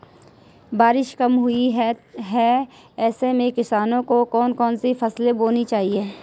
बारिश कम हुई है ऐसे में किसानों को कौन कौन सी फसलें बोनी चाहिए?